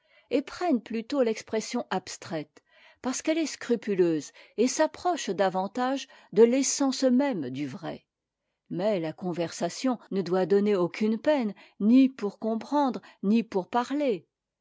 et prennent plutôt l'expression abstraite parce qu'elle est plus scrupuleuse et s'approche davantage de l'essence même du vrai mais la conversation ne doit donner aucune peine ni pour comprendre ni pour parler